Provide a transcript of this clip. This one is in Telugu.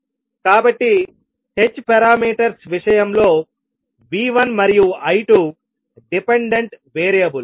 కాబట్టి h పారామీటర్స్ విషయంలోV1 మరియు I2 డిపెండెంట్ వేరియబుల్స్